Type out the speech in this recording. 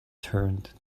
turned